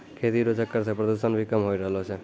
खेती रो चक्कर से प्रदूषण भी कम होय रहलो छै